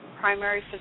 primary